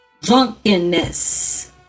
drunkenness